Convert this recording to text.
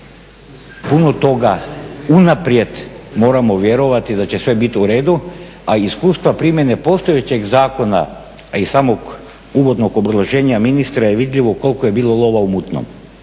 Puno toga unaprijed moramo vjerovati da će sve biti u redu, a iskustva primjene postojećeg zakona a iz samog uvodnog obrazloženja ministra je vidljivo koliko je bilo lova u mutnom,